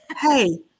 Hey